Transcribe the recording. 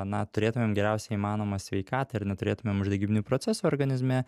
na turėtumėm geriausią įmanomą sveikatą ir neturėtumėm uždegiminių procesų organizme